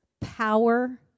power